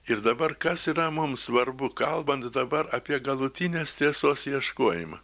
ir dabar kas yra mums svarbu kalbant dabar apie galutinės tiesos ieškojimą